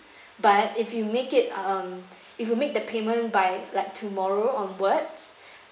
but if you make it um if you make the payment by like tomorrow onwards